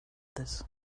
this